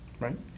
right